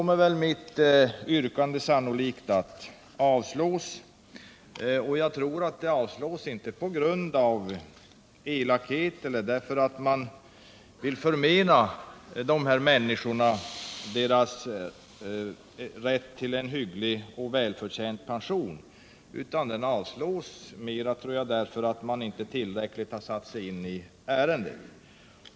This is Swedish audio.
Mitt yrkande kommer sannolikt att avslås, och jag tror att det avslås, inte på grund av elakhet eller därför att man vill förmena de här människorna deras rätt till en hygglig och välförtjänt pension, utan yrkandet avslås mera därför att man inte tillräckligt har satt sig in i ärendet.